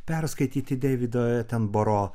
perskaityti deivido etemboro